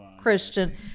Christian